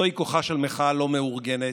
זהו כוחה של מחאה לא מאורגנת.